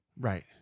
Right